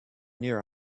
near